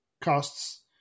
costs